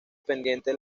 pendiente